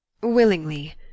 Willingly